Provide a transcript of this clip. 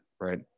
right